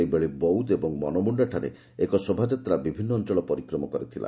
ସେହିଭଳି ବୌଦ୍ଧ ଓ ମନମୁଖାଠାରେ ଏକ ଶୋଭାଯାତ୍ରା ବିଭିନ୍ ଅଞ୍ଚଳ ପରିକ୍ରମା କରିଥିଲା